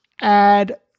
add